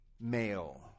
male